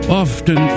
often